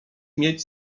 mieć